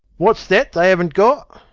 what's that they haven't got?